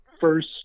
first